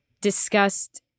discussed